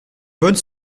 bonne